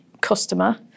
customer